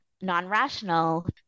non-rational